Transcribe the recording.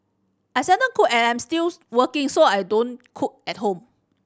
I seldom cook as I'm still working so I don't cook at home